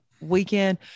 weekend